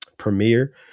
premiere